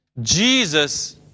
Jesus